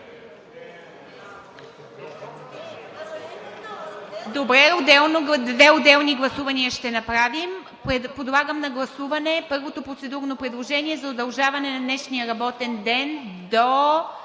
Добре, две отделни гласувания ще направим. Подлагам на гласуване първото процедурно предложение за удължаване на днешния работен ден до